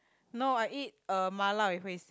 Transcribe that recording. no I eat uh mala with Hui-Wen